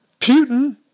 Putin